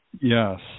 Yes